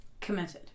Committed